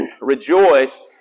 rejoice